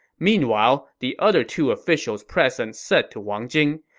meanwhile, the other two officials present said to wang jing,